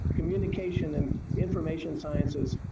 communication and information sciences.